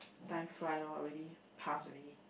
time fly lor already past already